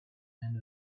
and